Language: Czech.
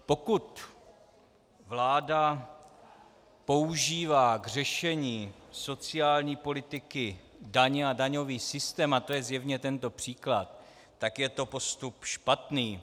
Pokud vláda používá k řešení sociální politiky daně a daňový systém, a to je zjevně tento příklad, tak je to postup špatný.